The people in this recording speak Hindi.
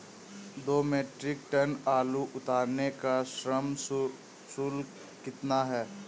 दो मीट्रिक टन आलू उतारने का श्रम शुल्क कितना होगा?